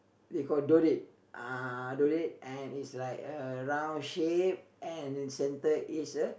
they got donate uh donate and is like a round shape and in the center is a